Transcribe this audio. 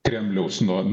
kremliaus nuo